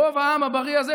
רוב העם הבריא הזה,